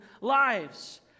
lives